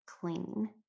clean